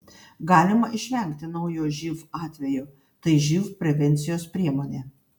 galima išvengti naujo živ atvejo tai živ prevencijos priemonė